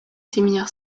séminaire